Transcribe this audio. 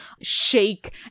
shake